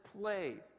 play